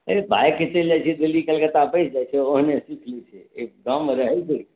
से पायके छै कि दिल्ली कलकत्ता बैस जाइत छै ओहने सीख लय छै गाँवमे रहैत छै